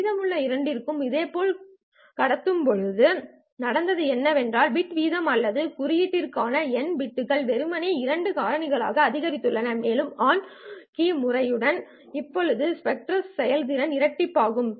மீதமுள்ள இரண்டிற்கும் இதேபோல் இப்போது நடந்தது என்னவென்றால் பிட் வீதம் அல்லது ஒரு குறியீட்டிற்கான எண் பிட்கள் வெறுமனே இரண்டு காரணிகளால் அதிகரித்துள்ளன மேலும் ஆன் கீயிங் முறையுடன் ஒப்பிடும்போது ஸ்பெக்ட்ரல் செயல்திறன் இரட்டிப்பாகிறது